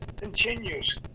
continues